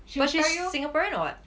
but she's singaporean or what